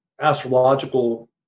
astrological